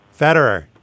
Federer